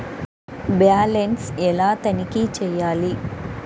Balance ఎలా తనిఖీ చేయాలి?